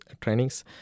trainings